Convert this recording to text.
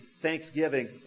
thanksgiving